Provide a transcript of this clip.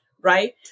right